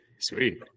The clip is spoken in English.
Sweet